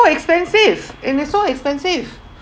expensive and it's so expensive